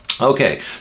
okay